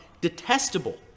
detestable